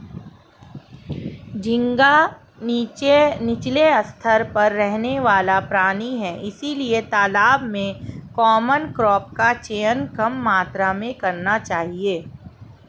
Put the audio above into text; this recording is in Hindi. झींगा नीचले स्तर पर रहने वाला प्राणी है इसलिए तालाब में कॉमन क्रॉप का चयन कम मात्रा में करना चाहिए